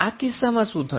આ કિસ્સામાં શું થશે